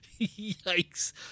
Yikes